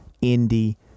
Indy